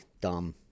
dumb